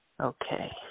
Okay